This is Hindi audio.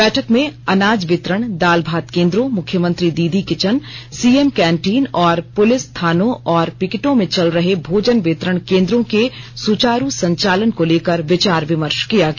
बैठक में अनाज वितरण दाल भात केंद्रों Mukhyamantri Didi kitchen CM canteen और पुलिस थानों और पिकेटों में में चल रहे भोजन वितरण केंद्रों के सुचारु संचालन को लेकर विचार विमर्श किया गया